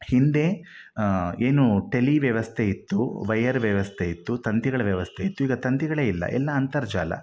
ಹಿಂದೆ ಏನು ಟೆಲಿ ವ್ಯವಸ್ಥೆ ಇತ್ತು ವಯರ್ ವ್ಯವಸ್ಥೆ ಇತ್ತು ತಂತಿಗಳ ವ್ಯವಸ್ಥೆ ಇತ್ತು ಈಗ ತಂತಿಗಳೇ ಇಲ್ಲ ಎಲ್ಲ ಅಂತರ್ಜಾಲ